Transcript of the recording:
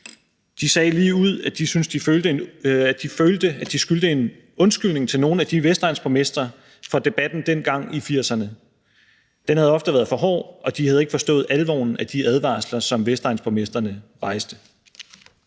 at de følte, at de skyldte en undskyldning til nogle af de vestegnsborgmestre fra debatten dengang i 1980'erne. Den havde ofte været for hård, og de havde ikke forstået alvoren af de advarsler, som vestegnsborgmestrene rejste.